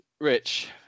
Rich